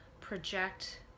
project